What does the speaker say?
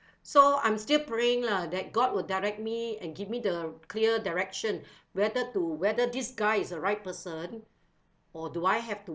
so I'm still praying lah that god will direct me and give me the clear direction whether to whether this guy is the right person or do I have to